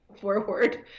forward